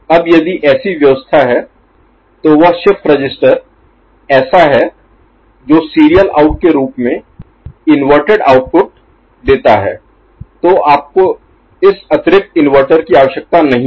अब यदि ऐसी व्यवस्था है तो वह शिफ्ट रजिस्टर ऐसा है जो सीरियल आउट के रूप में इनवर्टेड आउटपुट देता है तो आपको इस अतिरिक्त इन्वर्टर की आवश्यकता नहीं है